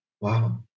Wow